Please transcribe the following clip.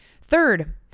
Third